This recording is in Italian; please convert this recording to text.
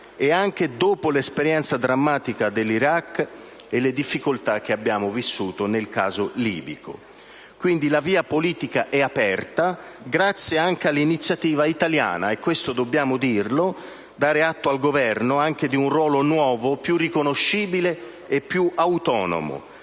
anche dopo l'esperienza drammatica dell'Iraq e le difficoltà che abbiamo vissuto nel caso libico. Quindi, la via politica è aperta, grazie anche all'iniziativa italiana. Questo dobbiamo dirlo: dobbiamo dare atto al Governo anche di un ruolo nuovo, più riconoscibile e più autonomo,